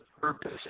purpose